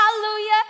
hallelujah